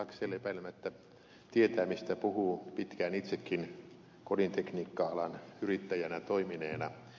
laxell epäilemättä tietää mistä puhuu pitkään itsekin kodintekniikka alan yrittäjänä toimineena